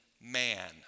man